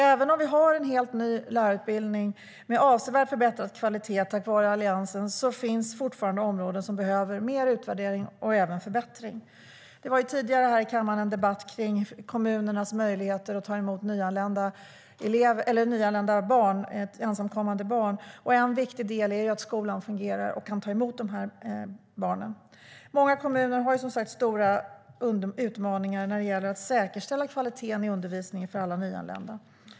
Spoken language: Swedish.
Även om vi nu har en helt ny lärarutbildning med avsevärt förbättrad kvalitet tack vare Alliansen finns fortfarande områden som behöver mer utvärdering och även förbättring. Det var tidigare här i kammaren en debatt om kommunernas möjligheter att ta emot nyanlända ensamkommande barn. En viktig del är att skolan fungerar och kan ta emot barnen. Många kommuner har som sagt stora utmaningar när det gäller att säkerställa kvaliteten i undervisningen för alla nyanlända.